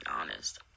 honest